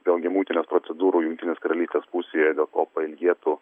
vėlgi mutinės procedūrų jungtinės karalystės pusėje dėl ko pailgėtų